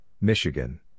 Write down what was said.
Michigan